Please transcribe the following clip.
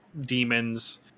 demons